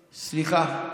סליחה,